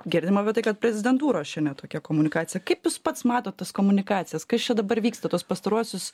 girdim apie tai kad prezidentūros čia netokia komunikacija kaip jūs pats matot tas komunikacijas kas čia dabar vyksta tuos pastaruosius